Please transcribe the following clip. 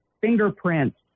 fingerprints